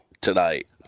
tonight